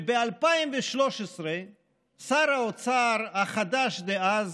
ב-2013 שר האוצר החדש דאז,